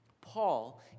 Paul